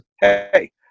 hey